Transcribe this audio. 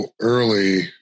early